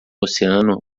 oceano